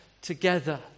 together